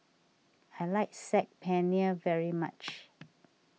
I like Saag Paneer very much